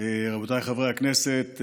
רבותיי חברי הכנסת,